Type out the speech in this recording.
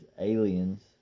aliens